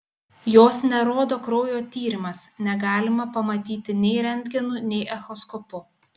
jos nerodo kraujo tyrimas negalima pamatyti nei rentgenu nei echoskopu